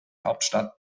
hauptstadt